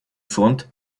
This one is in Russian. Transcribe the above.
фонд